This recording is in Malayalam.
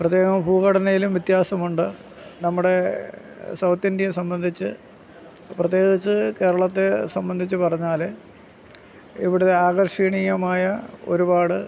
പ്രത്യേകം ഭൂഘടനയിലും വ്യത്യാസമുണ്ട് നമ്മുടെ സൗത്ത് ഇന്ത്യയെ സംബന്ധിച്ചു പ്രതേകിച്ചു കേരളത്തെ സംബന്ധിച്ച് പറഞ്ഞാൽ ഇവിടെ ആകർഷണീയമായ ഒരുപാട്